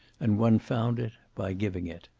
and one found it by giving it.